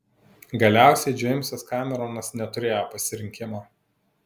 galiausiai džeimsas kameronas neturėjo pasirinkimo